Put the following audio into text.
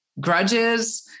grudges